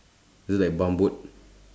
is it like bump boat